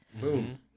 Boom